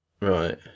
Right